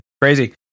Crazy